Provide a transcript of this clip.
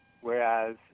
Whereas